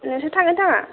नोंसोर थांना थाङा